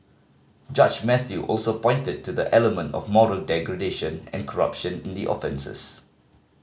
judge Mathew also pointed to the element of moral degradation and corruption in the offences